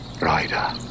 Rider